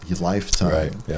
lifetime